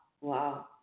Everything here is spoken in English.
Wow